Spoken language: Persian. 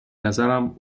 نظرم